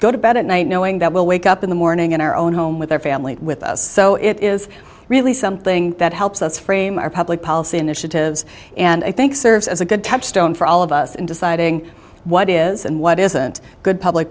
go to bed at night knowing that we'll wake up in the morning in our own home with our family with us so it is really something that helps us frame our public policy initiatives and i think serves as a good touchstone for all of us in deciding what is and what isn't good public